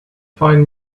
find